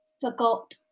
forgot